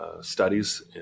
studies